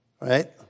right